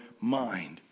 mind